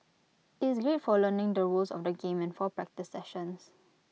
IT is great for learning the rules of the game for practice sessions